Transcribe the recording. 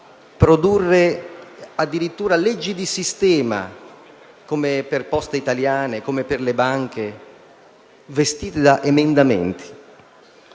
produrre addirittura leggi di sistema, come per Poste italiane o per le banche, in forma di emendamenti.